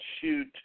shoot